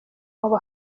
baba